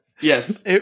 Yes